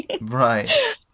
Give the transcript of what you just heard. right